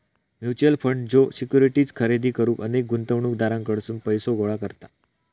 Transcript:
mutual fund ज्यो securities खरेदी करुक अनेक गुंतवणूकदारांकडसून पैसो गोळा करता